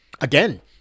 Again